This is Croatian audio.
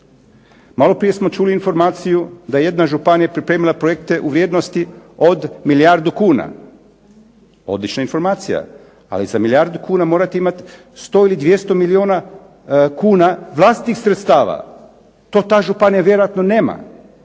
Maloprije smo čuli informaciju da je jedna županija pripremila projekte u vrijednosti od milijardu kuna. Odlična informacija, ali za milijardu kuna morate imati 100 ili 200 milijuna kuna vlastitih sredstava. To ta županija vjerojatno nema,